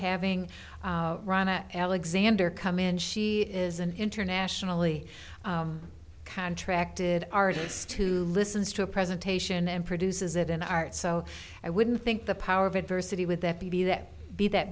having run a alexander come in she is an internationally contracted artist who listens to a presentation and produces it in art so i wouldn't think the power of adversity with that baby that be that